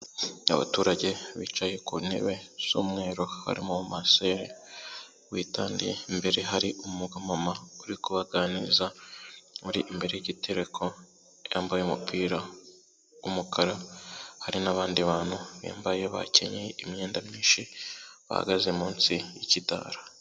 Abaturage bicaye ku ntebe z'umweru, harimo umumasera witandiye. Imbere hari umumama uri kubaganiriza, uri imbere y'igitereko yambaye umupira w'umukara, hari n'abandi bantu bambaye bakenyeye imyenda myinshi bahagaze munsi y'ikidara.